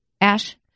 Ash